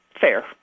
fair